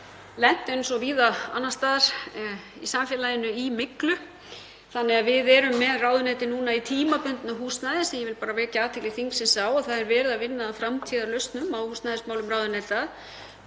lent, eins og víða annars staðar í samfélaginu, í myglu, þannig að við erum með ráðuneytið núna í tímabundnu húsnæði sem ég vil vekja athygli þingsins á. Það er verið að vinna að framtíðarlausnum á húsnæðismálum ráðuneyta.